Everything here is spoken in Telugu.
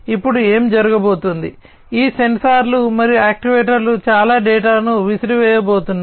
ఇప్పుడు ఏమి జరగబోతోంది ఈ సెన్సార్లు మరియు యాక్యుయేటర్లు చాలా డేటాను విసిరివేయబోతున్నాయి